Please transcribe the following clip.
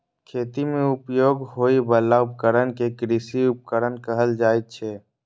खेती मे उपयोग होइ बला उपकरण कें कृषि उपकरण कहल जाइ छै